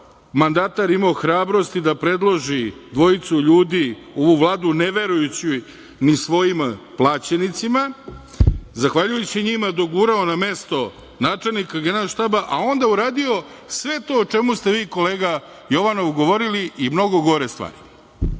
mandatar imao hrabrosti da predloži dvojicu ljudi u ovu Vladu, ne verujući ni svojim plaćenicima, zahvaljujući njima dogurao na mesto načelnika Generalštaba, a onda uradio sve to o čemu ste vi, kolega Jovanov, govorili i mnogo gore